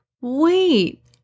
Wait